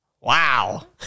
Wow